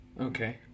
Okay